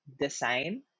design